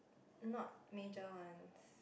not major ones